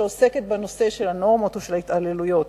שעוסקת בנושא הנורמות וההתעללויות,